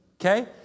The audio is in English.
okay